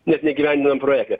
nes neįgyvendinom projekto